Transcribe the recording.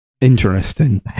Interesting